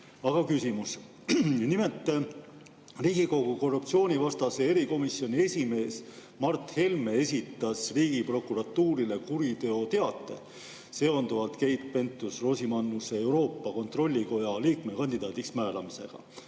küsimus. Nimelt, Riigikogu korruptsioonivastase erikomisjoni esimees Mart Helme esitas Riigiprokuratuurile kuriteoteate seonduvalt Keit Pentus-Rosimannuse Euroopa Kontrollikoja liikme kandidaadiks määramisega.